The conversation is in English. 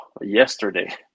yesterday